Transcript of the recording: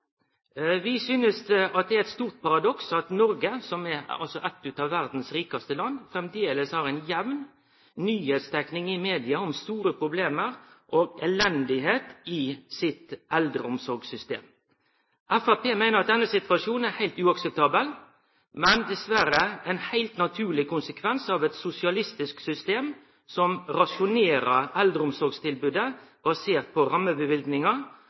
Vi synest det er eit stort paradoks at Noreg, som altså er eitt av verdas rikaste land, framleis har ei jamn nyheitsdekning i media om store problem og elende i eldreomsorgssystemet. Framstegspartiet meiner at denne situasjonen er heilt uakseptabel, men det er dessverre ein heilt naturleg konsekvens av eit sosialistisk system som rasjonerer eldreomsorgstilbodet basert på